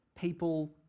people